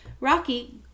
Rocky